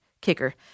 kicker